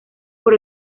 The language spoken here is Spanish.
por